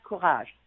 courage